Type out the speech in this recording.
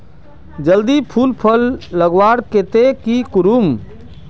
जल्दी फूल फल लगवार केते की करूम?